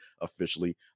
officially